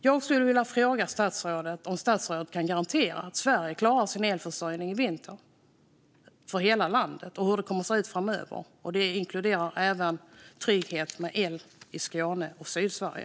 Jag skulle vilja fråga statsrådet om han kan garantera att Sverige klarar sin elförsörjning i vinter, i hela landet, och hur det kommer att se ut framöver. Det inkluderar även trygghet gällande el i Skåne och Sydsverige.